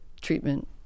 treatment